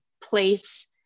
place